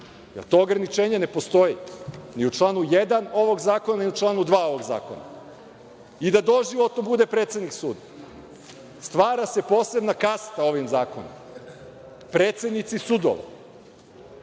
Jer to ograničenje ne postoji ni u članu 1. ovog zakon, ni u članu 2. ovog zakona. I da doživotno bude predsednik suda. Stvara se posebna kasta ovim zakonom. Predsednici sudova,